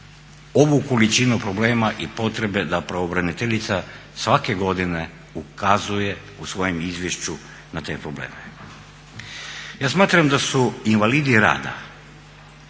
ovu količinu problema i potrebe da pravobraniteljica svake godine ukazuje u svojem izvješću na te probleme. Ja smatram da su invalidi rada